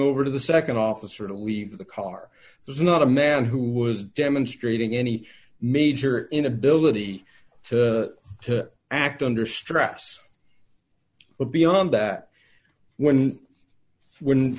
over to the nd officer to leave the car this is not a man who was demonstrating any major inability to to act under stress but beyond that when when